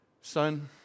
Son